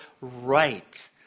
right